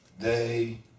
day